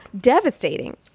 devastating